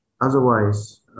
Otherwise